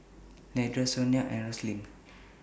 Leandra Sonya and Roslyn